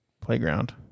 Playground